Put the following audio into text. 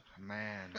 man